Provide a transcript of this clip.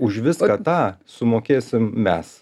už viską tą sumokėsim mes